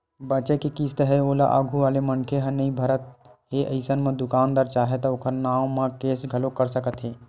बचें के किस्त हे ओला आघू वाले मनखे ह नइ भरत हे अइसन म दुकानदार चाहय त ओखर नांव म केस घलोक कर सकत हे